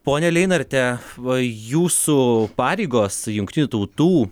ponia leinarte va jūsų pareigos jungtinių tautų